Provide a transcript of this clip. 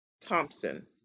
Thompson